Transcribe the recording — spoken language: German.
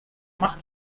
macht